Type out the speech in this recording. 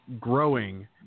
growing